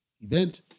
event